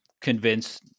convince